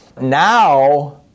Now